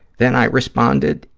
then i responded,